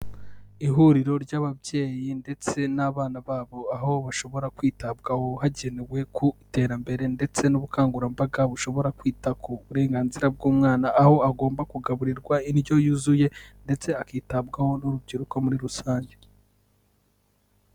Ihuriro ry'ababyeyi ndetse n'abana babo, aho bashobora kwitabwaho hagendewe ku iterambere ndetse n'ubukangurambaga bushobora kwita ku burenganzira bw'umwana, aho agomba kugaburirwa indyo yuzuye ndetse akitabwaho n'urubyiruko muri rusange.